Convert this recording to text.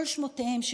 כל שמותיהם,